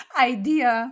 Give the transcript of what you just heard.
idea